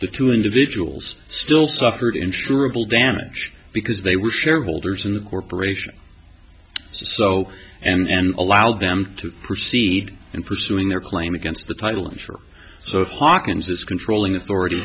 the two individuals still suffered insurable damage because they were shareholders in the corporation so and allowed them to proceed in pursuing their claim against the title i'm sure so hawkins this controlling authority